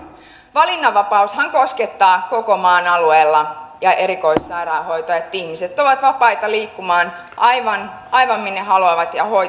valinnanvapaushan koskettaa koko maan aluetta ja erikoissairaanhoitoa että ihmiset ovat vapaita liikkumaan aivan aivan minne haluavat ja